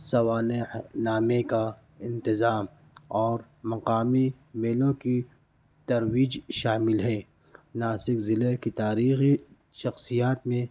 سوانح نامے کا انتظام اور مقامی میلوں کی ترویج شامل ہے ناسک ضلعے کی تاریخی شخصیات میں